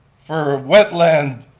for a wetland,